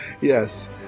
Yes